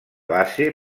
base